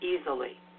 easily